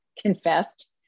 confessed